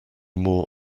more